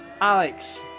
Alex